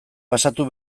pasatu